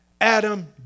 Adam